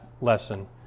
lesson